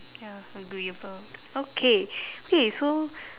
ya agreeable okay okay so